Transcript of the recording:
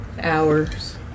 hours